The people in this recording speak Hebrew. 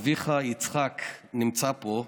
אביך, יצחק, נמצא פה.